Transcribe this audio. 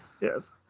Yes